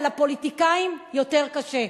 ועל הפוליטיקאים יותר קשה,